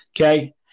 Okay